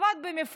הוא עבד במפעל,